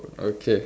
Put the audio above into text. okay